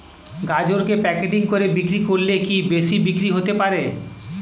গাজরকে প্যাকেটিং করে বিক্রি করলে কি বেশি বিক্রি হতে পারে?